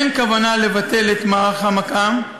אין כוונה לבטל את מערך המקא"ם,